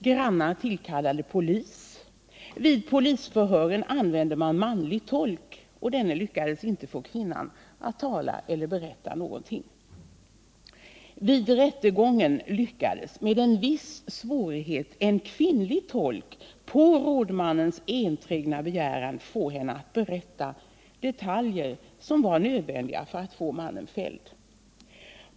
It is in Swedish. Grannar tillkallade polis. Vid polisförhören använde man en manlig tolk, men denne lyckades inte få kvinnan att berätta någonting. Vid rättegången lyckades med en viss svårighet en kvinnlig tolk på rådmannens enträgna begäran få kvinnan att berätta detaljer, som var nödvändiga för att få mannen fälld.